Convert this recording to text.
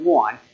one